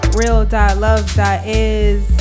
real.love.is